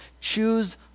choose